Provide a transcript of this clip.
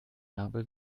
narbe